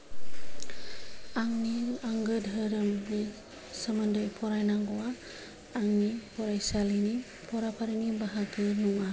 आंनि आंगो दोहोरोमनि सोमोन्दै फरायनांगौआ आंनि फरायसालिनि फराफारिनि बाहागो नङा